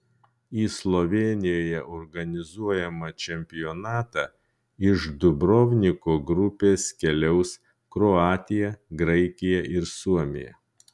į slovėnijoje organizuojamą čempionatą iš dubrovniko grupės keliaus kroatija graikija ir suomija